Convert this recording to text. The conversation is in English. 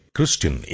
Christian